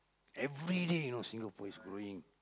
everyday you know Singapore is growing